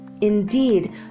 indeed